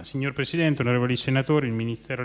Signor Presidente, onorevoli senatori, nei mesi scorsi il Ministero